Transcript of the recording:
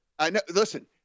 Listen